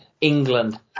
england